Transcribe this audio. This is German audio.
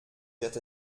wird